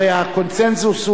הרי הקונסנזוס,